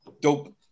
dope